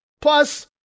Plus